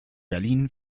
berlin